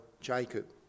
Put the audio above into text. Jacob